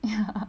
ya